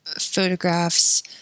photographs